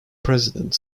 president